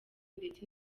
ndetse